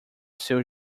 seu